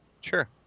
Sure